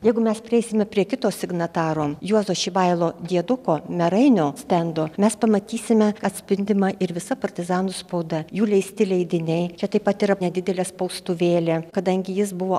jeigu mes prieisime prie kito signataro juozas šibailo dieduko merainio stendo mes pamatysime atspindima ir visa partizanų spauda jų leisti leidiniai čia taip pat yra nedidelė spaustuvėlė kadangi jis buvo